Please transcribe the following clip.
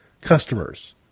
customers